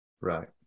Right